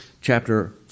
Chapter